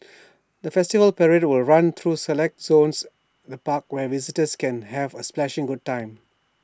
the festival parade will run through select zones the park where visitors can have A splashing good time